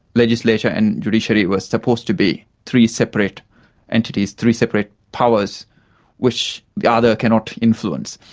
legislature and judiciary were supposed to be three separate entities, three separate powers which the ah other cannot influence.